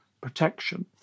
protection